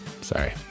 Sorry